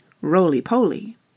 roly-poly